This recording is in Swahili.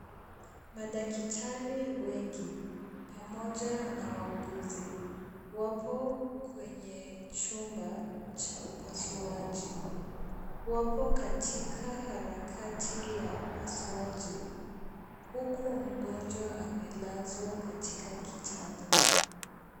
Madaktari wengi, pamoja na wauguzi, wapo kwenye chumba cha upasuaji. Wapo katika harakati ya upasuaji, huku mgonjwa amelazwa katika kitanda.